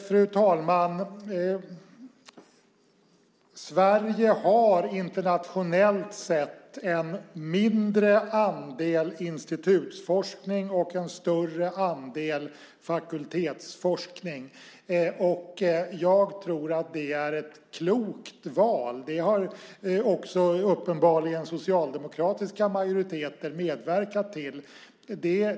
Fru talman! Sverige har internationellt sett en mindre andel institutsforskning och en större andel fakultetsforskning. Jag tror att det är ett klokt val. Det har också uppenbarligen socialdemokratiska majoriteter medverkat till.